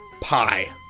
Pie